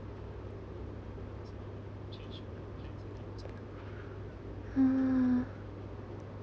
uh